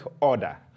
order